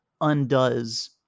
undoes